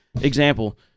example